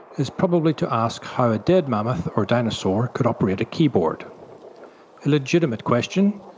is probably to ask how a dead mammoth or dinosaur could operate a keyboard. a legitimate question,